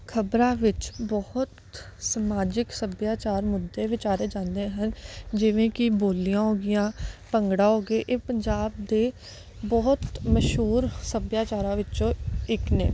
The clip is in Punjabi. ਖ਼ਬਰਾਂ ਵਿੱਚ ਬਹੁਤ ਸਮਾਜਿਕ ਸੱਭਿਆਚਾਰ ਮੁੱਦੇ ਵਿਚਾਰੇ ਜਾਂਦੇ ਹਨ ਜਿਵੇਂ ਕਿ ਬੋਲੀਆਂ ਹੋ ਗਈਆਂ ਭੰਗੜਾ ਹੋ ਗਏ ਇਹ ਪੰਜਾਬ ਦੇ ਬਹੁਤ ਮਸ਼ਹੂਰ ਸੱਭਿਆਚਾਰਾਂ ਵਿੱਚੋਂ ਇੱਕ ਨੇ